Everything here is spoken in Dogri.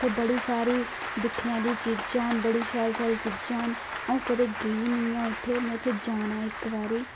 उत्थै बड़ी सारी दिक्खने आहली चीजा न बड़ी शैल शैल चीजा ना अऊं कदें गेई नेईं आं उत्थै में उत्थै जाना इक बारी